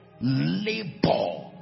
labor